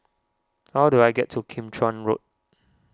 how do I get to Kim Chuan Road